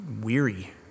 weary